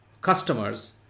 customers